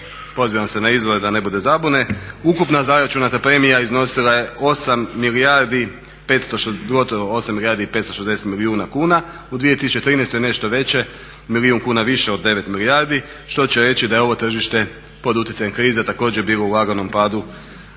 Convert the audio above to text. pozivam se na izvore da ne bude zabune, ukupna zaračunata premija iznosila je gotovo 8 milijardi i 560 milijuna kuna, u 2013. nešto veće, milijun kuna više od 9 milijardi. Što će reći da je ovo tržište pod utjecajem krize također bilo u laganom padu